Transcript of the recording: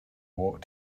walk